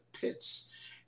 pits